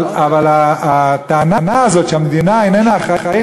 אבל הטענה הזאת שהמדינה איננה אחראית